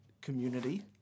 community